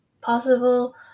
possible